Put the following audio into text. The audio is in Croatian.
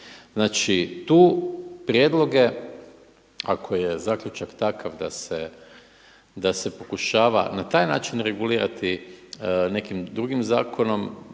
Znači tu prijedloge ako je zaključak takav da se pokušava na taj način regulirati nekim drugim zakonom